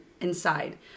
inside